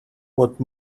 what